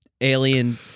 alien